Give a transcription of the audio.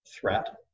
threat